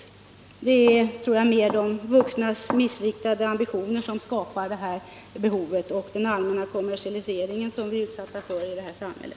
Vad som ligger bakom efterfrågan på dem är mer de vuxnas missriktade ambitioner och den allmänna kommersialisering som vi är utsatta för i vårt samhälle.